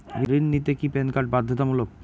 ঋণ নিতে কি প্যান কার্ড বাধ্যতামূলক?